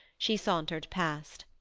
she sauntered past.